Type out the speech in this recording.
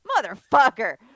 motherfucker